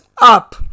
up